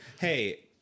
hey